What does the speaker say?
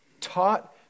taught